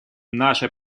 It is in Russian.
наша